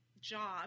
job